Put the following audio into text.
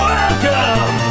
Welcome